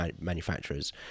manufacturers